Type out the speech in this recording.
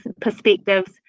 perspectives